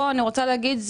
פה אני רוצה להגיד,